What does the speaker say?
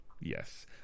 Yes